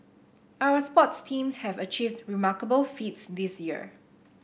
our sports teams have achieved remarkable feats this year